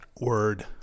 Word